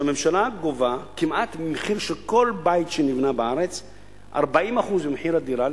שהממשלה גובה ממחיר של כמעט כל בית שנבנה בארץ 40% ממחיר הדירה,